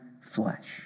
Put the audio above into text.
flesh